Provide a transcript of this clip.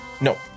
No